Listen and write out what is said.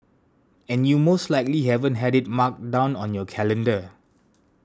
and you most likely haven't had it marked down on your calendar